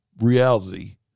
reality